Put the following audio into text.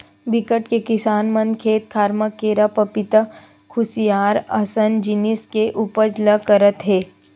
बिकट के किसान मन खेत खार म केरा, पपिता, खुसियार असन जिनिस के उपज ल करत हे